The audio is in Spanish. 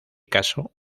caso